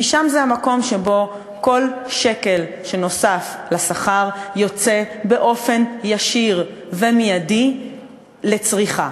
כי שם המקום שבו כל שקל שנוסף לשכר יוצא באופן ישיר ומיידי לצריכה